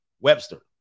Webster